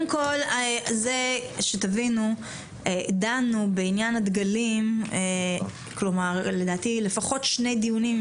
דנו בעניין הדגלים לפחות בשני דיונים,